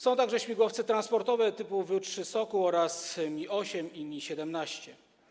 Są także śmigłowce transportowe typu W-3 Sokół oraz Mi-8 i Mi-17.